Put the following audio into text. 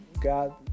God